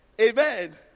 Amen